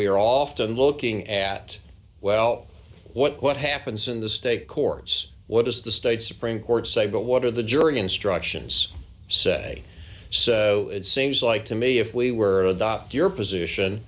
we are often looking at well what happens in the state courts what does the state supreme court say but what are the jury instructions say so it seems like to me if we were adopt your position